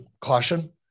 caution